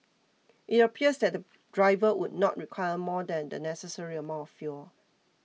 it appears that the driver would not require more than the necessary amount of fuel